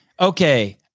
Okay